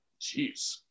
Jeez